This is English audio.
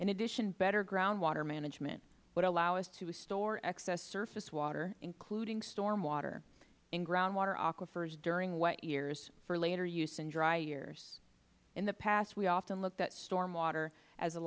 in addition better groundwater management would allow us to restore excess surface water including storm water and groundwater aquifers during wet years for later use in dry years in the past we often looked at storm water as a